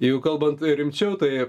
jeigu kalbant rimčiau tai